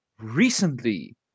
recently